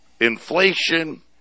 inflation